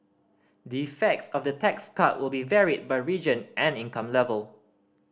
the effects of the tax cut will be varied by region and income level